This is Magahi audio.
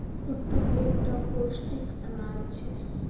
कुट्टू एक टा पौष्टिक अनाज छे